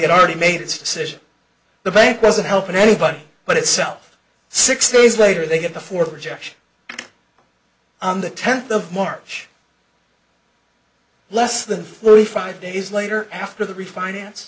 had already made its decision the bank wasn't helping anybody but itself six days later they get a four projection on the tenth of march less than forty five days later after the refinance